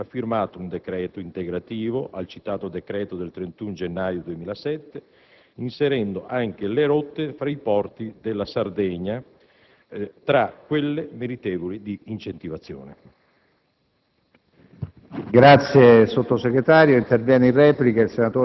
in data 26 marzo 2007 il Ministro dei trasporti ha firmato un decreto integrativo al citato decreto del 31 gennaio 2007, inserendo anche le rotte «fra i porti della Sardegna» tra quelle meritevoli di incentivazione.